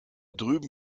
drüben